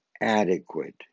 adequate